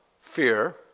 fear